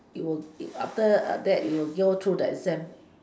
you will after that you will get through the